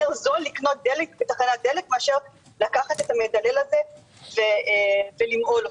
יותר זול לקנות דלק בתחנת דלק מאשר לקחת את המדלל הזה ולמהול אותו.